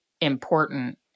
important